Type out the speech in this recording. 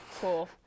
cool